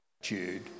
attitude